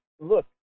look